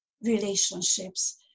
relationships